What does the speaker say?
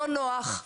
לא נוח,